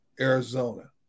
Arizona